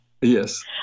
Yes